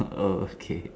oh okay